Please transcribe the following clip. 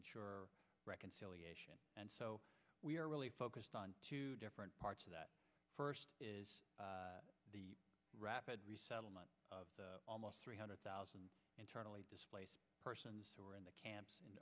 ensure reconciliation and so we are really focused on different parts of that is the rapid resettlement of almost three hundred thousand internally displaced persons who are in the camps